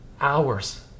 hours